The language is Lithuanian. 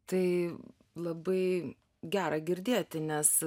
tai labai gera girdėti nes